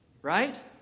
Right